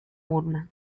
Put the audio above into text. urna